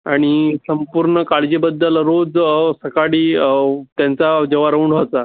आणि संपूर्ण काळजीबद्दल रोज सकाळी उ त्यांचा जेव्हा राऊंड व्हायचा